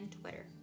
Twitter